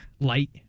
light